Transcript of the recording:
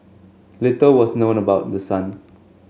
little was known about the son